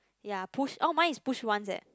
yea push orh mine is push once eh